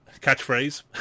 catchphrase